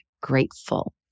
grateful